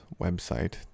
website